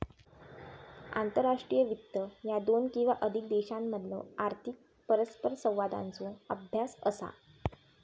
आंतरराष्ट्रीय वित्त ह्या दोन किंवा अधिक देशांमधलो आर्थिक परस्परसंवादाचो अभ्यास असा